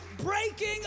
breaking